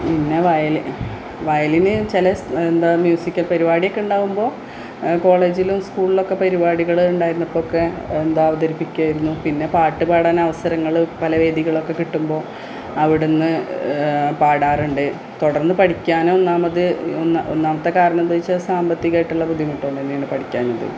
പിന്നെ വയലിന് ചില എന്താണ് മ്യൂസിക്കല് പരിപാടിയൊക്കെ ഉണ്ടാവുമ്പോള് കോളേജില് സ്കൂളിലൊക്കെ പരിപാടികള് ഉണ്ടായിരുന്നപ്പോഴൊക്കെ എന്താണ് അവതരിപ്പിക്കുവാരുന്നു പിന്നെ പാട്ട് പാടാനവസരങ്ങള് പല വേദികളൊക്കെ കിട്ടുമ്പോള് അവിടുന്ന് പാടാറുണ്ട് തുടര്ന്ന് പഠിക്കാനൊന്നാമത് ഒന്നാമത്തെ കാരണെന്താച്ചാ സാമ്പത്തികമായിട്ടുള്ള ബുദ്ധിമുട്ട് തന്നെയാണ് പഠിക്കാഞ്ഞത്